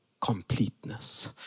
Completeness